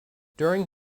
during